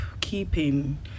keeping